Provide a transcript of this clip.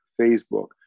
Facebook